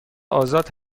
آزاد